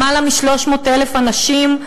למעלה מ-300,000 אנשים,